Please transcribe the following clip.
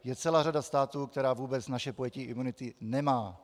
Je celá řada států, které vůbec naše pojetí imunity nemají.